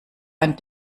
ein